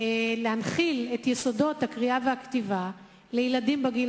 להנחיל את יסודות הקריאה והכתיבה לילדים בגיל